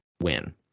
win